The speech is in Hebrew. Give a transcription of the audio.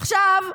עכשיו,